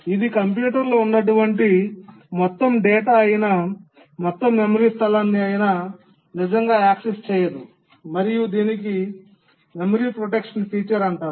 ఇది కంప్యూటర్లో ఉన్నటువంటి మొత్తం డేటా అయిన మొత్తం మెమరీ స్థలాన్నిఅయినా నిజంగా యాక్సెస్ చేయదు మరియు దీనిని మెమరీ ప్రొటెక్షన్ ఫీచర్ అంటారు